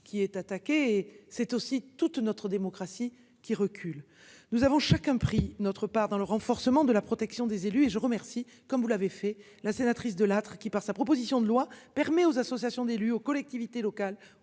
qui est attaqué. C'est aussi toute notre démocratie qui recule. Nous avons chacun pris notre part dans le renforcement de la protection des élus et je remercie comme vous l'avez fait. La sénatrice Delattre qui par sa proposition de loi permet aux associations d'élus, aux collectivités locales